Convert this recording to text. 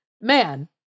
man